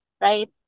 right